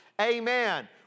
Amen